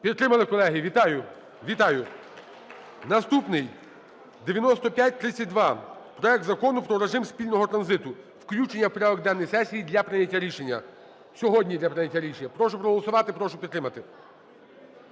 Підтримали, колеги. Вітаю, вітаю! Наступний - 9532: проект Закону про режим спільного транзиту. Включення в порядок денний сесії для прийняття рішення, сьогодні для прийняття рішення. Прошу проголосувати, прошу підтримати.